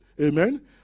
amen